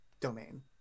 domain